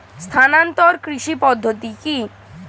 স্থানান্তর কৃষি পদ্ধতি কি?